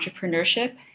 entrepreneurship